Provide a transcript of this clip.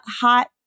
hot